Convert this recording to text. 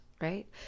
right